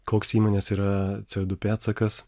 koks įmonės yra co du pėdsakas